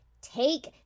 take